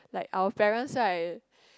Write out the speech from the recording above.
like our parents right